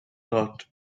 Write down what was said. lot